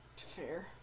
Fair